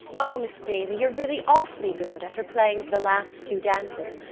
o, miss daly, you're really awfully good, after playing for the last two dances,